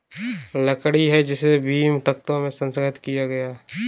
लकड़ी है जिसे बीम, तख्तों में संसाधित किया गया है